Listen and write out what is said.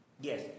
yes